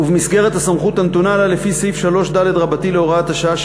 ובמסגרת הסמכות הנתונה לה לפי סעיף 3ד להוראת השעה,